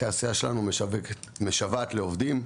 התעשייה שלנו משוועת לעובדים,